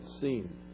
seen